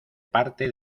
parte